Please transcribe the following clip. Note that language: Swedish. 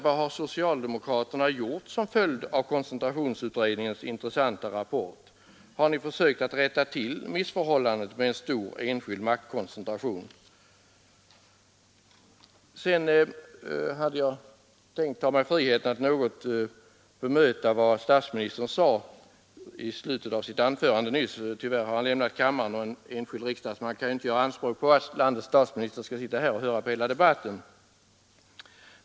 Vad har socialdemokratin gjort som följd av koncenfondens förvaltning, m.m. trationsutredningens intressanta rapporter? Har ni försökt att rätta till missförhållandet med en stor enskild maktkoncentration? Sedan hade jag tänkt ta mig friheten att något bemöta vad statsministern sade i slutet av sitt anförande. Tyvärr har han nu lämnat kammaren, och en enskild riksdagsman kan ju inte göra anspråk på att statsministern skall sitta här och lyssna på hela debatten.